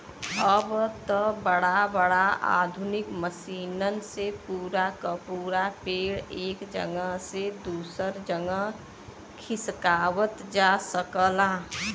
अब त बड़ा बड़ा आधुनिक मसीनन से पूरा क पूरा पेड़ एक जगह से दूसर जगह खिसकावत जा सकला